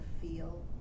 feel